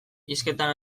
hizketan